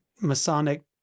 Masonic